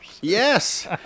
yes